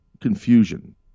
confusion